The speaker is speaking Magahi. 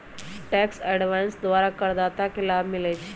टैक्स अवॉइडेंस द्वारा करदाता के लाभ मिलइ छै